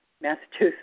Massachusetts